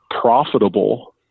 profitable